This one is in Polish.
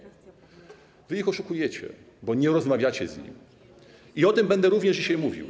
Wy ich oszukujecie, bo nie rozmawiacie z nimi, i o tym będę również dzisiaj mówił.